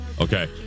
Okay